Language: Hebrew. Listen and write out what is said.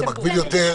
זה מגביל יותר.